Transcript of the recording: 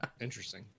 Interesting